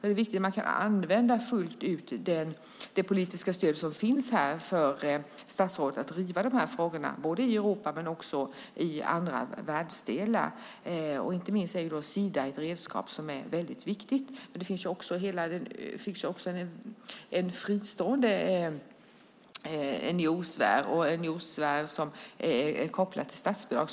Det är viktigt att man fullt ut kan använda det politiska stöd som finns här för statsrådet att driva frågorna i Europa och i andra världsdelar. Inte minst är Sida ett viktigt redskap. Det finns också en fristående NGO-sfär. Det är en NGO-sfär som är kopplad till statsbidrag.